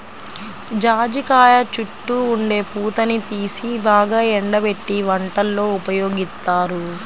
జాజికాయ చుట్టూ ఉండే పూతని తీసి బాగా ఎండబెట్టి వంటల్లో ఉపయోగిత్తారు